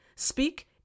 Speak